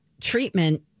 treatment